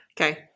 Okay